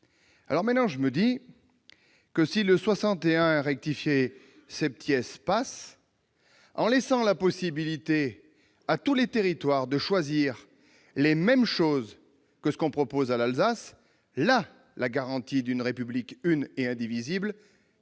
Maintenant, je me dis que, si l'amendement n° 61 rectifié est adopté, il laissera la possibilité à tous les territoires de choisir les mêmes choses que ce qu'on propose à l'Alsace. Là, la garantie d'une République une et indivisible